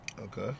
Okay